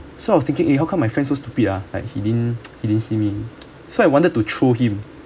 so I was thinking eh how come my friend so stupid lah like he didn't he didn't see me so I wanted to throw him